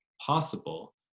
possible